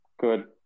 good